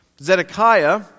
Zedekiah